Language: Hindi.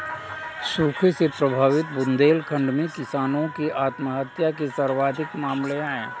सूखे से प्रभावित बुंदेलखंड में किसानों की आत्महत्या के सर्वाधिक मामले है